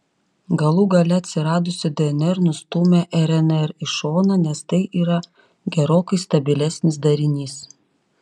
galų gale atsiradusi dnr nustūmė rnr į šoną nes tai yra gerokai stabilesnis darinys